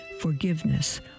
forgiveness